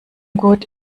gut